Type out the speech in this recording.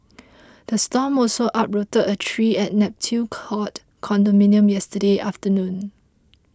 the storm also uprooted a tree at Neptune Court condominium yesterday afternoon